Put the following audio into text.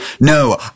No